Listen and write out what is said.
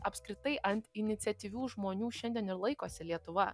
apskritai ant iniciatyvių žmonių šiandien ir laikosi lietuva